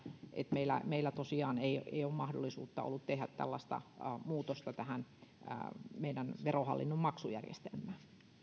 meillä meillä tosiaan ei ei ole ollut mahdollisuutta tehdä tällaista muutosta meidän verohallinnon maksujärjestelmään